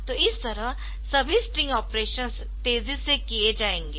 तोइस तरह सभी string operations तेजी से किए जाएंगे